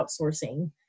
outsourcing